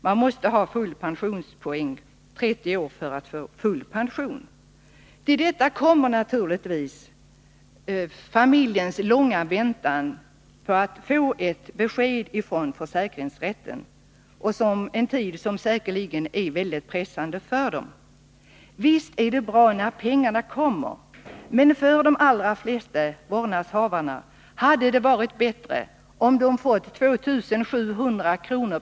Man måste ha full pensionspoäng, 30 år, för att få full pension. Till detta kommer familjens långa väntan på besked från försäkringsrätten, en tid som säkerligen är väldigt pressande. Visst är det bra när pengarna kommer, men för de allra flesta familjer hade det varit bättre, om de fått 2700 kr.